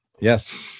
Yes